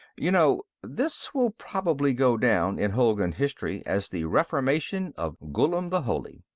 you know, this will probably go down in hulgun history as the reformation of ghullam the holy.